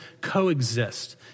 coexist